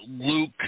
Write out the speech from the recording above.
Luke